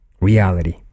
reality